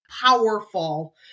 powerful